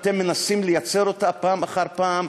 אתם מנסים לייצר אותה פעם אחר פעם,